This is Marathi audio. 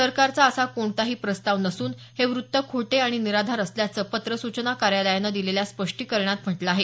सरकारचा असा कोणताही प्रस्ताव नसून हे वृत्त खोटे आणि निराधार असल्याचं पत्र सूचना कार्यालयानं दिलेल्या स्पष्टीकरणात म्हटलं आहे